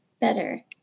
better